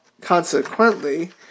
consequently